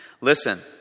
Listen